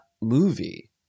movie